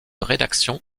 rédaction